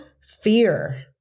fear